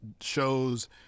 shows